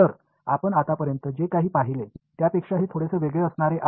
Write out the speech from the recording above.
तर आपण आत्तापर्यंत जे काही पाहिले त्यापेक्षा हे थोडेसे वेगळे असणार आहे